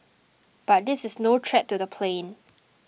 but this is no threat to the plane